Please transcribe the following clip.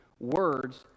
words